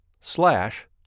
slash